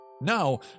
Now